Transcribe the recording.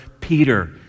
Peter